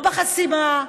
לא בחסימה,